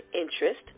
interest